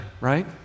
right